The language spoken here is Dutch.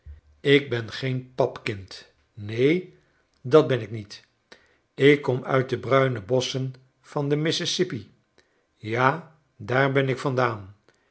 ik ben geen papkind neen dat ben ik niet ik kom uit de bruine bosschen van den mississippi ja daar ben ik vandaan